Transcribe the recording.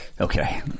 Okay